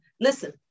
listen